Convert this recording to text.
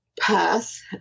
path